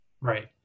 right